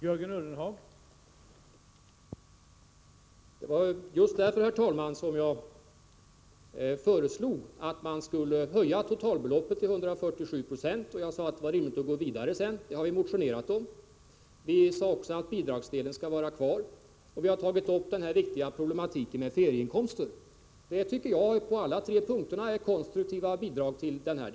Herr talman! Det var just därför som jag föreslog att man skulle höja totalbeloppet till 147 96. Jag sade att det var rimligt att gå vidare sedan — det har vi motionerat om. Vi har också sagt att bidragsdelen skall vara kvar, och vi har tagit upp den viktiga problematik som gäller ferieinkomster. Det tycker jag på alla tre punkterna är konstruktiva bidrag till debatten.